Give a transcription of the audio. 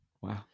Wow